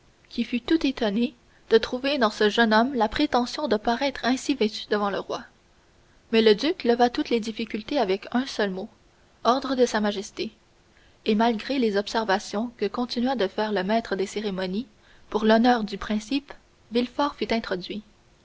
qui fut tout étonné de trouver dans ce jeune homme la prétention de paraître ainsi vêtu devant le roi mais le duc leva toutes les difficultés avec un seul mot ordre de sa majesté et malgré les observations que continua de faire le maître des cérémonies pour l'honneur du principe villefort fut introduit